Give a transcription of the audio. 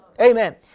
Amen